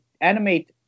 animate